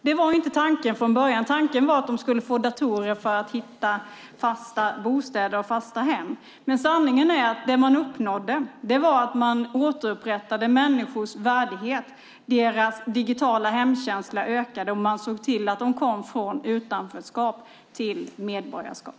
Detta var inte tanken från början - tanken var att de skulle få datorer för att hitta fasta bostäder och fasta hem, men sanningen är att det man uppnådde var att man återupprättade människors värdighet, deras digitala hemkänsla ökade, och man såg till att de gick från utanförskap till medborgarskap.